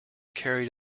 carried